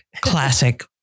Classic